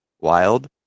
wild